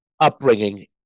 upbringing